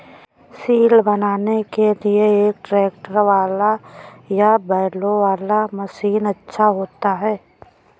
सिल बनाने के लिए ट्रैक्टर वाला या बैलों वाला मशीन अच्छा होता है?